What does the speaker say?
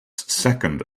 second